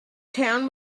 town